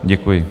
Děkuji.